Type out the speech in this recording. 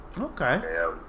Okay